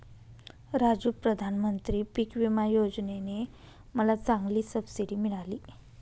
राजू प्रधानमंत्री पिक विमा योजने ने मला चांगली सबसिडी मिळाली